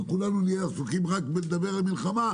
וכולנו נהיה עסוקים רק בלדבר על מלחמה,